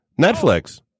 netflix